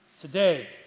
Today